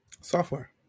Software